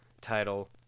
title